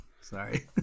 sorry